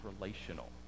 relational